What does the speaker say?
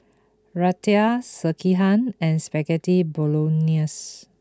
Raita Sekihan and Spaghetti Bolognese